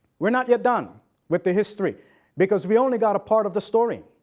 we're not yet done with the history because we only got a part of the story.